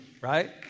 right